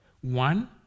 One